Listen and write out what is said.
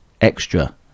extra